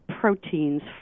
proteins